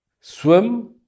swim